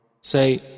Say